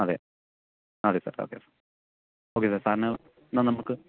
അതെ അതെ സർ അതെ സർ ഓക്കെ സർ സാറിന് എന്നാൽ നമുക്ക്